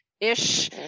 ish